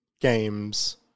games